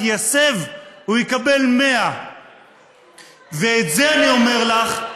יסב הוא יקבל 100. את זה אני אומר לך.